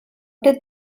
did